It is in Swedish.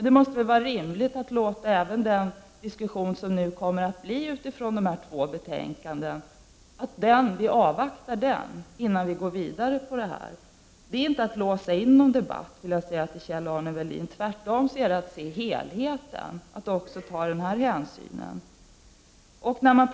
Det måste väl då vara rimligt att avvakta den diskussion som nu kommer att uppstå till följd av de här två betänkandena, innan vi går vidare. Till Kjell-Arne Welin vill jag säga att detta inte är detsamma som att utestänga från debatt. Tvärtom rör det sig om att ta hänsyn och se helheten.